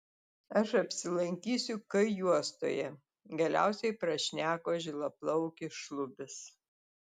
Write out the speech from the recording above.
aš apsilankysiu k juostoje galiausia prašneko žilaplaukis šlubis